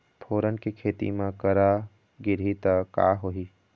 फोरन के खेती म करा गिरही त का होही?